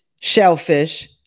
shellfish